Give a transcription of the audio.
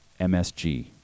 MSG